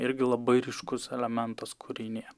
irgi labai ryškus elementas kūrinyje